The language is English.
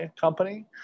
company